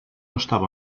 estava